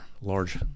large